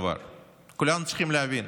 כולנו צריכים להבין